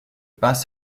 pas